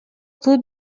кылып